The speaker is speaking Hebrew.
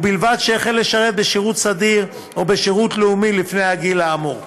ובלבד שהחל לשרת בשירות סדיר או בשירות לאומי לפני הגיל האמור.